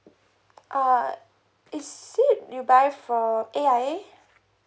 uh is it you buy from A_I_A